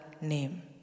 name